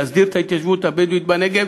להסדיר את ההתיישבות הבדואית בנגב,